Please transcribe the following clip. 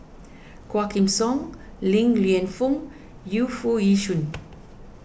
Quah Kim Song Li Lienfung Yu Foo Yee Shoon